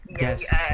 yes